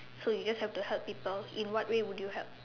so you just have to help people in what way would you help